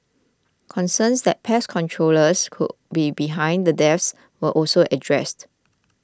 concerns that pest controllers could be behind the deaths were also addressed